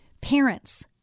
Parents